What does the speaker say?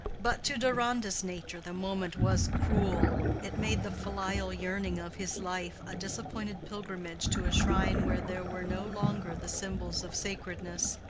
but to deronda's nature the moment was cruel it made the filial yearning of his life a disappointed pilgrimage to a shrine where there were no longer the symbols of sacredness.